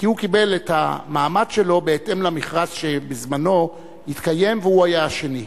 כי הוא קיבל את המעמד שלו בהתאם למכרז שבזמנו נתקיים והוא היה השני.